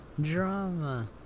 Drama